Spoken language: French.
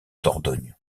dordogne